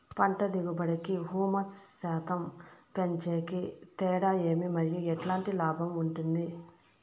పంట దిగుబడి కి, హ్యూమస్ శాతం పెంచేకి తేడా ఏమి? మరియు ఎట్లాంటి లాభం ఉంటుంది?